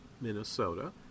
Minnesota